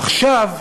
עכשיו,